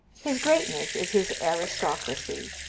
his greatness is his aristocracy.